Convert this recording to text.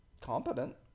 competent